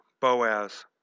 Boaz